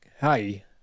hi